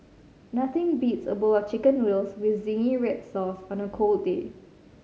nothing beats a bowl of Chicken Noodles with zingy red sauce on a cold day